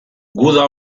guda